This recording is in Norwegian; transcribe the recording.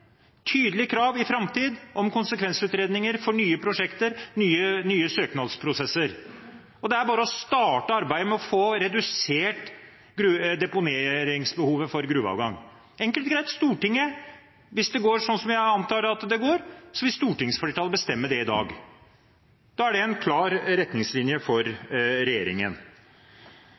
krav i framtiden om konsekvensutredninger for nye prosjekter og nye søknadsprosesser. Det er bare å starte arbeidet med å få redusert deponeringsbehovet for gruveavgang – enkelt og greit. Hvis det går som jeg antar, vil stortingsflertallet bestemme det i dag. Da er det en klar retningslinje for